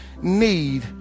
need